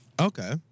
Okay